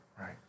Right